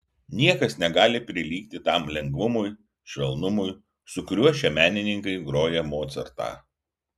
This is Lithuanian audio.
niekas negali prilygti tam lengvumui švelnumui su kuriuo šie menininkai groja mocartą